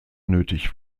nötig